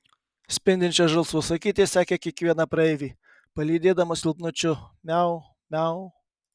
spindinčios žalsvos akytės sekė kiekvieną praeivį palydėdamos silpnučiu miau miau